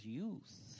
youth